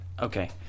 Okay